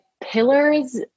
pillars